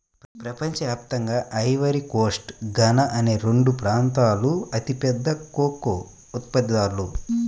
ప్రపంచ వ్యాప్తంగా Ivory Coast, Ghana అనే రెండు ప్రాంతాలూ అతిపెద్ద కోకో ఉత్పత్తిదారులు